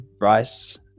rice